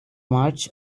march